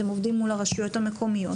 אתם עובדים מול הרשויות המקומיות.